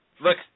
look